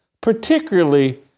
particularly